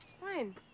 fine